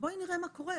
ונראה מה קורה.